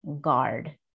guard